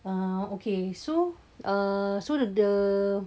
um okay so uh so the